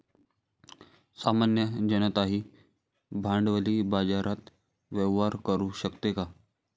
सामान्य जनताही भांडवली बाजारात व्यवहार करू शकते का?